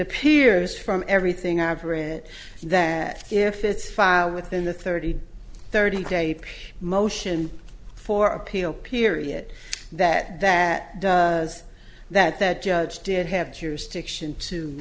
appears from everything i've read it that if it's filed within the thirty thirty day motion for appeal period that that was that that judge did have